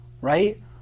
right